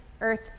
earth